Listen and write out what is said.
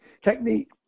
technique